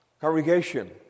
congregation